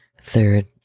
third